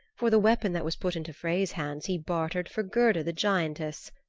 for the weapon that was put into frey's hands he bartered for gerda the giantess.